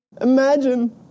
Imagine